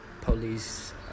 police